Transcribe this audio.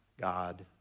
God